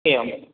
एवम्